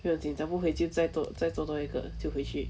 不用紧咱们回去再做再做多一个就回去